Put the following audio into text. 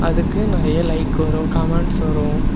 அதுக்கு நிறைய லைக் வரும் கமெண்ட்ஸ் வரும்